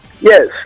Yes